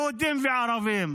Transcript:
יהודים וערבים,